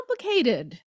complicated